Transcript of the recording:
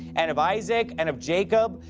and of isaac, and of jacob,